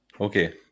Okay